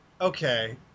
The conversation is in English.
Okay